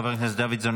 חבר הכנסת דוידסון,